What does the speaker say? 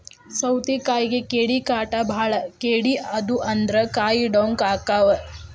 ಸೌತಿಕಾಯಿಗೆ ಕೇಡಿಕಾಟ ಬಾಳ ಕೇಡಿ ಆದು ಅಂದ್ರ ಕಾಯಿ ಡೊಂಕ ಅಕಾವ್